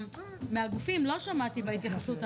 מהגופים לא שמעתי בהתייחסות,